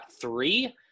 three